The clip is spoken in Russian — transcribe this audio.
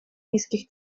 низких